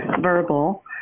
verbal